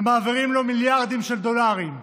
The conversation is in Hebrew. ומעבירים לו מיליארדים של דולרים.